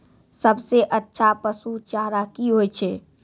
सबसे अच्छा पसु चारा की होय छै?